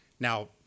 Now